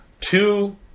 two